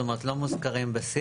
זאת אומרת לא מוזכרים בשיח.